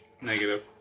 Negative